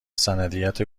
سندیت